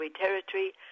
territory